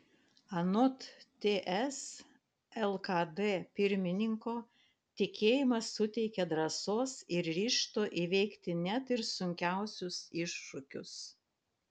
anot ts lkd pirmininko tikėjimas suteikia drąsos ir ryžto įveikti net ir sunkiausius iššūkius